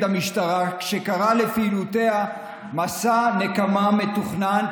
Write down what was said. המשטרה כשקרא לפעילויותיה "מסע נקמה מתוכנן,